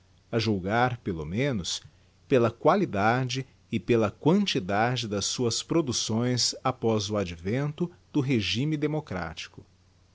a julgar pelo menos pela qualidade e pela quantidade das suas producções após o advento do regimen democrático